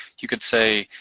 you could say,